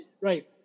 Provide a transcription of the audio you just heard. Right